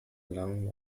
erlangen